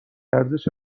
ارزش